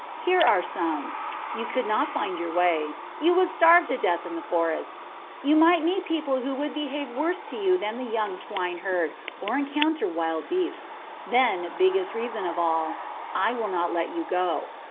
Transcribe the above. here are some you could not find your way you would starve to death in the forest you might meet people who would behave worse to you than the young swineherd, or encounter wild beasts then, biggest reason of all i will not let you go.